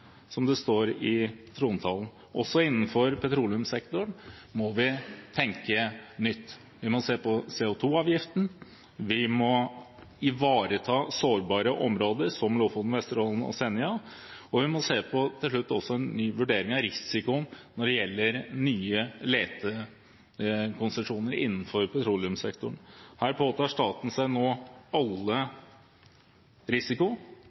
som det står i trontalen. Også innenfor petroleumssektoren må vi tenke nytt. Vi må se på CO2-avgiften, vi må ivareta sårbare områder som Lofoten, Vesterålen og Senja, og vi må til slutt også se på en ny vurdering av risikoen når det gjelder nye letekonsesjoner innenfor petroleumssektoren. Her påtar staten seg nå all risiko.